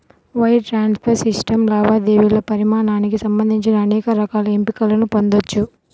wire transfer system లావాదేవీల పరిమాణానికి సంబంధించి అనేక రకాల ఎంపికలను పొందొచ్చు